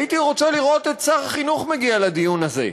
הייתי רוצה לראות את שר החינוך מגיע לדיון הזה,